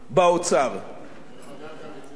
דרך אגב, גם אצל נתניהו כשר אוצר זה לא היה.